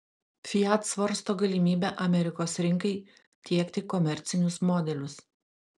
fiat svarsto galimybę amerikos rinkai tiekti komercinius modelius